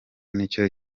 nicyo